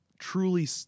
truly